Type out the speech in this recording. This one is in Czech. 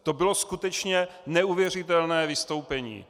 To bylo skutečně neuvěřitelné vystoupení.